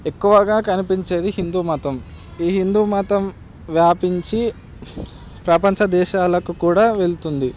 ఎక్కువగా కనిపించేది హిందూ మతం ఈ హిందూ మతం వ్యాపించి ప్రపంచ దేశాలకు కూడా వెళ్తుంది